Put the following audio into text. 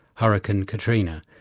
hurricane katrina,